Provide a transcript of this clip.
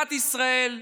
מדינת ישראל,